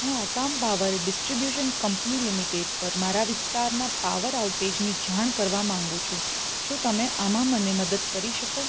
હું Assam power distribution company limited પર મારા વિસ્તારના પાવર આઉટેજની જાણ કરવા માગું છું શું તમે આમાં મને મદદ કરી શકો